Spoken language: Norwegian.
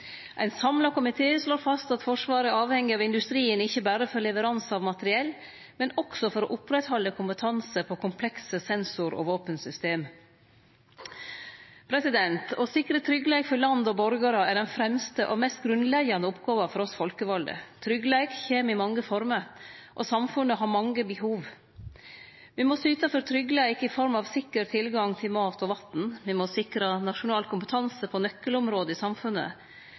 Ein samla komité slår fast at Forsvaret er avhengig av industrien, ikkje berre for leveransar av materiell, men også for å oppretthalde kompetanse på komplekse sensor- og våpensystem. Å sikre tryggleik for land og borgarar er den fremste og mest grunnleggjande oppgåva for oss folkevalde. Tryggleik kjem i mange former, og samfunnet har mange behov. Me må syte for tryggleik i form av sikker tilgang til mat og vatn. Me må sikre nasjonal kompetanse på nøkkelområde i samfunnet,